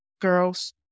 girls